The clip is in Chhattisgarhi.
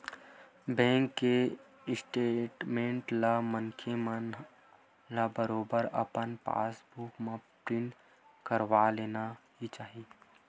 बेंक के स्टेटमेंट ला मनखे मन ल बरोबर अपन पास बुक म प्रिंट करवा लेना ही चाही